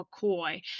McCoy